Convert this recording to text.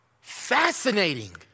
Fascinating